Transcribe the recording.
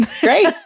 Great